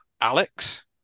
Alex